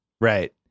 Right